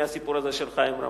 מהסיפור הזה של חיים רמון?